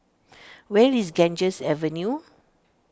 where is Ganges Avenue